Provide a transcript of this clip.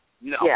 No